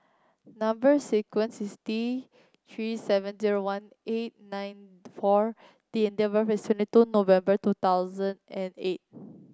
number sequence is T Three seven zero one eight nine four D and date of birth is twenty two November two thousand and eight